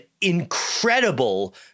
incredible